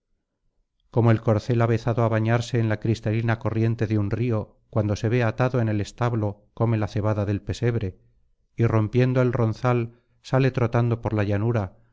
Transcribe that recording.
como el corcel avezado á bañarse en la cristalina corriente de un río cuando se ve atado en el establo come la cebada del pesebre y rompiendo el ronzal sale trotando por la llanura